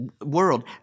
world